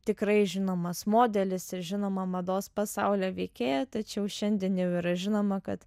tikrai žinomas modelis ir žinoma mados pasaulio veikėja tačiau šiandien jau yra žinoma kad